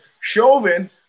Chauvin